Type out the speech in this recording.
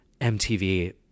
MTV